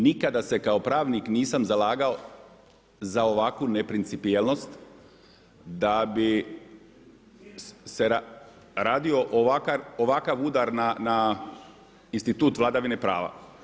Nikada se kao pravnik nisam zalagao za ovakvu neprincipijelnost da bi se radio ovakav udar na institut vladavine prava.